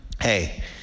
Hey